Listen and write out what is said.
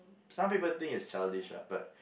some people think it's childish lah but